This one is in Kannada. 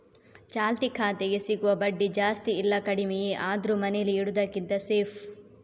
ಚಾಲ್ತಿ ಖಾತೆಗೆ ಸಿಗುವ ಬಡ್ಡಿ ಜಾಸ್ತಿ ಇಲ್ಲ ಕಡಿಮೆಯೇ ಆದ್ರೂ ಮನೇಲಿ ಇಡುದಕ್ಕಿಂತ ಸೇಫ್